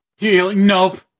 Nope